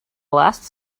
last